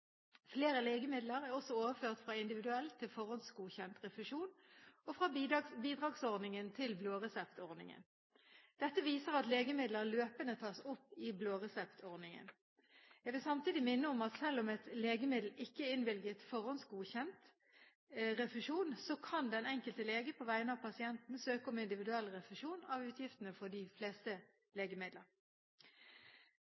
Flere legemidler er også overført fra individuell til forhåndsgodkjent refusjon, og fra bidragsordningen til blåreseptordningen. Dette viser at legemidler løpende tas opp i blåreseptordningen. Jeg vil samtidig minne om at selv om et legemiddel ikke er innvilget forhåndsgodkjent refusjon, kan den enkelte lege på vegne av pasienten søke om individuell refusjon av utgiftene for de fleste